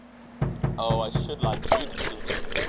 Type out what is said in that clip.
oh! i should like you to teach me.